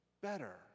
better